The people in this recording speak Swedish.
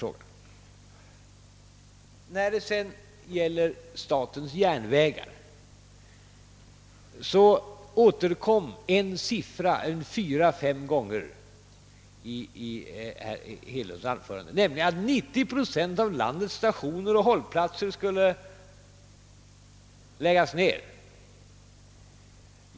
Beträffande SJ återkom en siffra fyra—fem gånger i herr Hedlunds anförande, nämligen att 90 procent av landets järnvägsstationer och hållplatser skulle läggas ned.